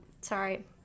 Sorry